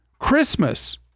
Christmas